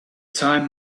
time